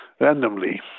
randomly